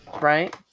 right